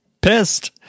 pissed